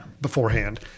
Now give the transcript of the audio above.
beforehand